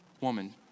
woman